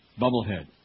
Bubblehead